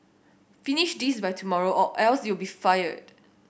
finish this by tomorrow or else you'll be fired